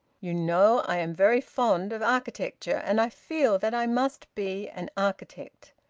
you know i am very fond of architecture, and i feel that i must be an architect.